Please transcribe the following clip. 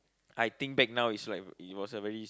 I think back now is like it was a very